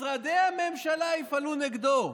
משרדי הממשלה יפעלו נגדו.